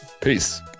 Peace